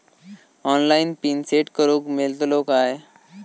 Online pin set करूक मेलतलो काय?